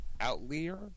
outlier